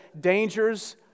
dangers